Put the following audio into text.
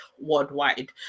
worldwide